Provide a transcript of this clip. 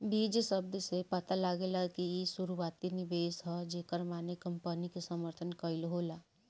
बीज शब्द से पता लागेला कि इ शुरुआती निवेश ह जेकर माने कंपनी के समर्थन कईल होला